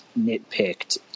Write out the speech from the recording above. nitpicked